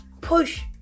push